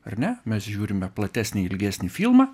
ar ne mes žiūrime platesnį ilgesnį filmą